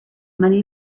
money